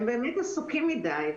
הם באמת עסוקים מדי.